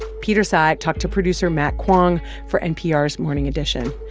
peter tsai talked to producer matt kwong for npr's morning edition.